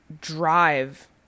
drive